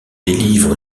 délivre